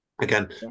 Again